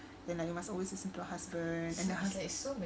then like you must always listen to your husband and the husband